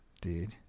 Dude